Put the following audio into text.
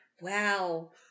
Wow